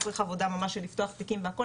זה מצריך עבודה ממש לפתוח תיקים והכל,